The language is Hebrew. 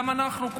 גם אנחנו,